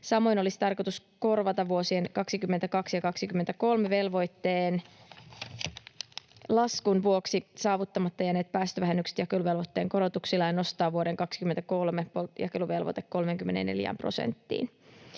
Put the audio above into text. Samoin olisi tarkoitus korvata vuosien 22 ja 23 velvoitteen laskun vuoksi saavuttamatta jääneet päästövähennykset jakeluvelvoitteen korotuksilla ja nostaa vuoden 23 jakeluvelvoite 34 prosenttiin.